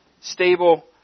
stable